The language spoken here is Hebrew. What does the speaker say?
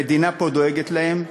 ופה המדינה דואגת להם,